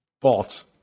False